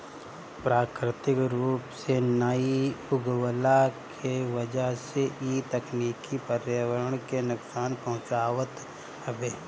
प्राकृतिक रूप से नाइ उगवला के वजह से इ तकनीकी पर्यावरण के नुकसान पहुँचावत हवे